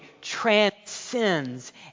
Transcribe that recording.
transcends